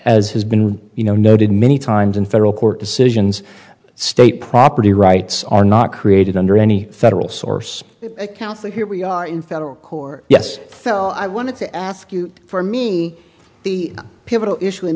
as has been you know noted many times in federal court decisions state property rights are not created under any federal source also here we are in federal court yes phil i wanted to ask you for me the pivotal issue in